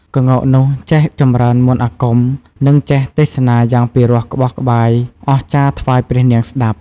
ក្ងោកនោះចេះចម្រើនមន្ដអាគម និងចេះទេសនាយ៉ាងពិរោះក្បោះក្បាយអស្ចារ្យថ្វាយព្រះនាងស្ដាប់។